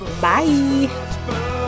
Bye